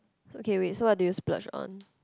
okay wait so what do you splurge on